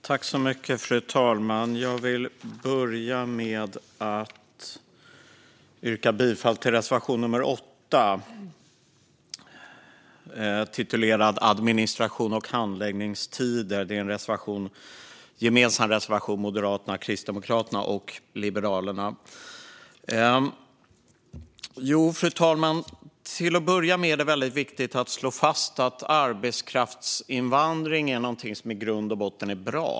Fru talman! Jag vill börja med att yrka bifall till reservation nummer 8, titulerad Administration och handläggningstider. Det är en gemensam reservation från Moderaterna, Kristdemokraterna och Liberalerna. Fru talman! Till att börja med är det viktigt att slå fast att arbetskraftsinvandring är något som i grund och botten är bra.